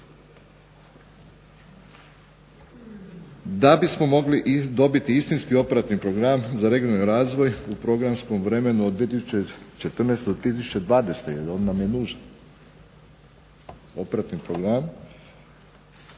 da bismo mogli dobiti istinski Operativni program za Regionalni razvoj u programskom vremenu od 2014. do 2020. jer on nam je nužan. Operativni program